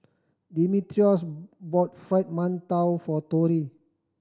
Dimitrios bought Fried Mantou for Tori